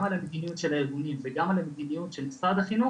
גם על המדיניות של הארגונים וגם על המדיניות של משרד החינוך